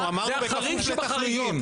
זה דבר חריג שבחריגים.